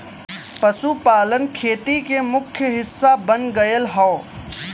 पशुपालन खेती के मुख्य हिस्सा बन गयल हौ